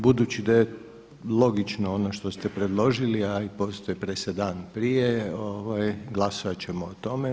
budući da je logično ono što ste predložili, a i postoji presedan prije glasovat ćemo o tome.